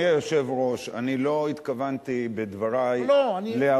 אדוני היושב-ראש, אני לא התכוונתי בדברי, לא, לא.